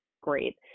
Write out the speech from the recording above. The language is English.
great